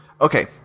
okay